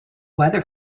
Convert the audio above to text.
weather